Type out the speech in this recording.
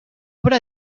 obra